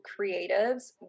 creatives